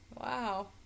Wow